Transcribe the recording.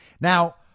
Now